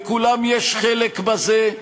לכולם יש חלק בזה.